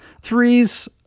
Threes